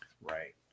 Right